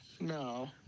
No